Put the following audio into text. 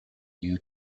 due